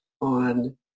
on